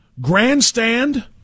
grandstand